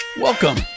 Welcome